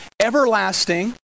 everlasting